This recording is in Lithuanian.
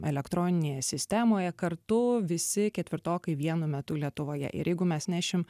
elektroninėje sistemoje kartu visi ketvirtokai vienu metu lietuvoje ir jeigu mes nešim